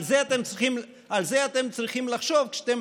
על זה אתם צריכים לחשוב כשאתם